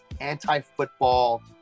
anti-football